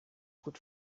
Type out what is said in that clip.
gut